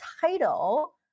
title